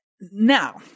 Now